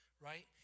right